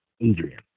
Adrian